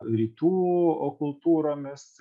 rytų kultūromis